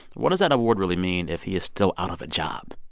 what does that award really mean if he is still out of a job?